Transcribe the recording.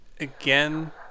again